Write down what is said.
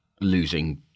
losing